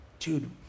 dude